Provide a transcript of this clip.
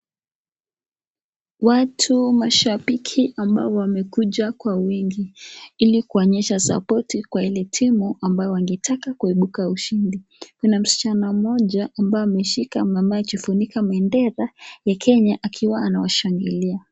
Watu mashabiki ambao wamekuja kwa wingi, ili kuonyesha sapoti kwa zile timu ambayo wengetaka kuebuka ushindi, kuna msichana moja ambayo ameshika anejifunika bendera ya kenya akiwa ameshikilia.